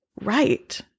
right